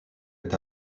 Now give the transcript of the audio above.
est